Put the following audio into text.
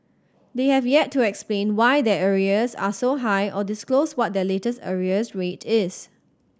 they have yet to explain why their arrears are so high or disclose what their latest arrears rate is